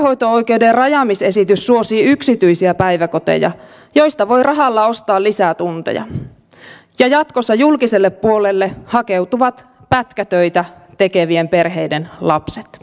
päivähoito oikeuden rajaamisesitys suosii yksityisiä päiväkoteja joista voi rahalla ostaa lisää tunteja ja jatkossa julkiselle puolelle hakeutuvat pätkätöitä tekevien perheiden lapset